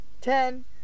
Ten